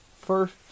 first